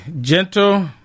Gentle